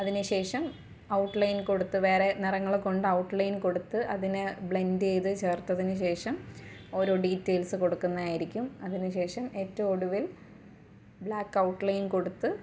അതിനുശേഷം ഔട്ട്ലൈൻ കൊടുത്ത് വേറെ നിറങ്ങൾ കൊണ്ട് ഔട്ട്ലൈൻ കൊടുത്ത് അതിന് ബ്ലെൻഡ് ചെയ്ത് ചേർത്തതിനുശേഷം ഓരോ ഡീറ്റെയിൽസ് കൊടുക്കുന്നത് ആയിരിക്കും അതിനുശേഷം ഏറ്റവും ഒടുവിൽ ബ്ലാക്ക് ഔട്ട്ലൈൻ കൊടുത്ത്